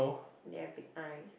they have big eyes